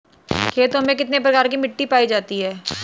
खेतों में कितने प्रकार की मिटी पायी जाती हैं?